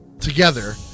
together